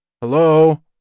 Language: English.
Hello